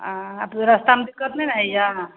हँ आब तऽ रस्तामे दिक्कत नहि ने होइए